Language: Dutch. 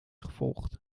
gevolgd